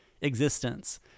existence